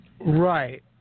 Right